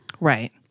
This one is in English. Right